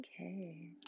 okay